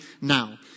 now